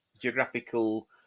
geographical